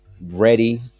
ready